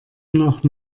nach